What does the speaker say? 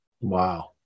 Wow